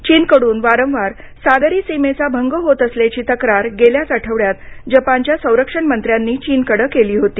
चीनकडून वारंवार सागरी सीमेचा भंग होत असल्याची तक्रार गेल्याच आठवड्यात जपानच्या संरक्षण मंत्र्यांनी चीनकडं केली होती